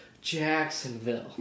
Jacksonville